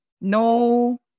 no